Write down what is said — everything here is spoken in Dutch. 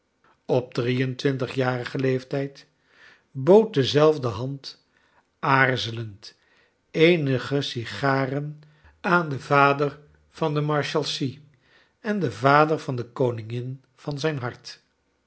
op drie en twintigjarigen leeftijd bood dezelfde hand aarzelend eenige sigaren aan den vader van de marshalsea en de vader va n de koningin van zijn hart